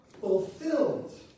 Fulfilled